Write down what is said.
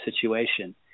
situation